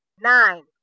Nine